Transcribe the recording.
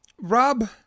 rob